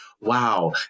wow